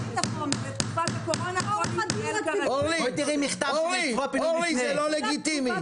אורלי זה לא לגיטימי,